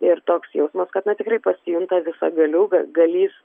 ir toks jausmas kada na tikrai pasijunta visagaliu ga galįs